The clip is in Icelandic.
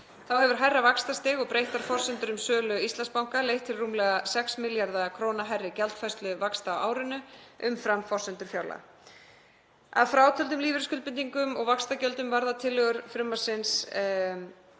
Þá hefur hærra vaxtastig og breyttar forsendur um sölu Íslandsbanka leitt til rúmlega 6 milljarða kr. hærri gjaldfærslu vaxta á árinu umfram forsendur fjárlaga. Að frátöldum lífeyrisskuldbindingum og vaxtagjöldum varða tillögur frumvarpsins